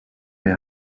est